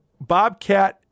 Bobcat